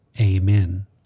Amen